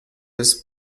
des